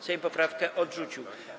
Sejm poprawkę odrzucił.